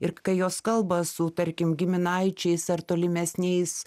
ir kai jos kalba su tarkim giminaičiais ar tolimesniais